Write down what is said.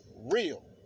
real